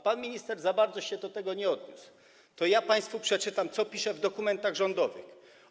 Pan minister za bardzo do tego się nie odniósł, to ja państwu przeczytam, co pisze w dokumentach rządowych.